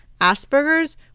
Asperger's